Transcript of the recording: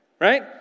right